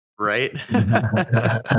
Right